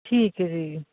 ਠੀਕ ਏ ਜੀ